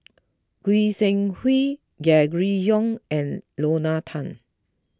Goi Seng Hui Gregory Yong and Lorna Tan